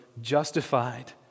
justified